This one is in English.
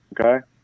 okay